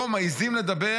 פה מעיזים לדבר